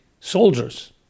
soldiers